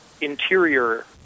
interior